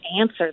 answer